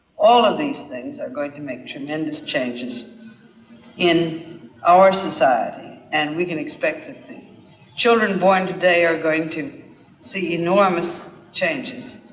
all of these things are going to make tremendous changes in our society and we can expect that the children born today are going to see enormous changes